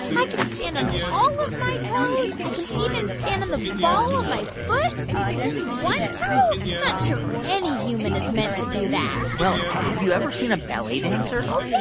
i can stand on all of my toes. i can even stand on the ball of my foot. but just one toe? i'm not sure any human is meant to do that well, have you ever seen a ballet dancer? oh,